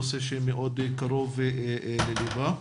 נושא שמאוד קרוב לליבה.